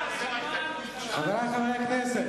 תשמע, תשמע, חברי חברי הכנסת,